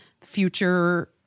future